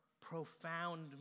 profound